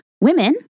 women